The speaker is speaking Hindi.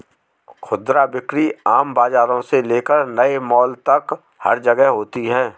खुदरा बिक्री आम बाजारों से लेकर नए मॉल तक हर जगह होती है